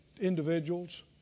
individuals